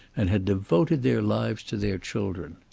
and had devoted their lives to their children.